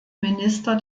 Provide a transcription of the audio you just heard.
minister